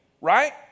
right